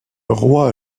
roi